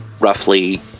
roughly